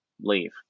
leave